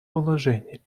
положении